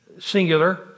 singular